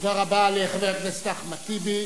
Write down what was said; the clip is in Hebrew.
תודה רבה לחבר הכנסת אחמד טיבי.